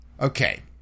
Okay